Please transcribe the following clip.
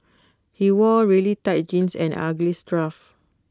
he wore really tight jeans and ugly scarf